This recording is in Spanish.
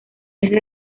desde